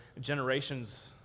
generations